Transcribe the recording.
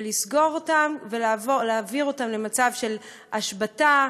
לסגור אותן ולהעביר אותן למצב של השבתה,